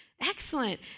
excellent